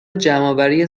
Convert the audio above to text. جمعآوری